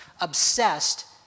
obsessed